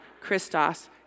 Christos